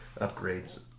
upgrades